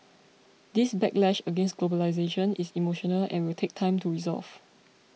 this backlash against globalisation is emotional and will take time to resolve